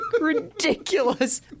ridiculous